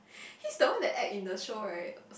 he is the one that act in the show right